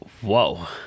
whoa